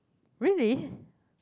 really